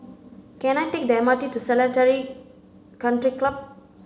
can I take the M R T to Seletar Country Club